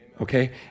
okay